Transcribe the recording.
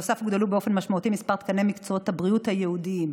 בנוסף הוגדלו באופן משמעותי מספר תקני מקצועות הבריאות הייעודיים,